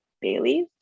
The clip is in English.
Bailey's